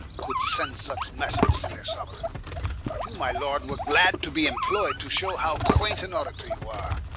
could send such message to their soueraigne but you, my lord, were glad to be imploy'd, to shew how queint an orator you are.